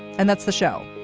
and that's the show.